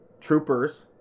Troopers